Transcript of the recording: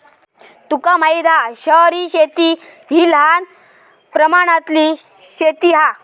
तुका माहित हा शहरी शेती हि लहान प्रमाणातली शेती हा